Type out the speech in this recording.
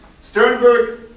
Sternberg